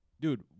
Dude